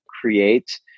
create